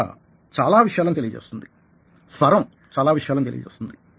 భాష చాలా విషయాల్ని తెలియజేస్తుంది స్వరం చాలా విషయాల్ని తెలియజేస్తుంది